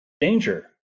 danger